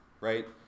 right